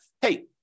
hey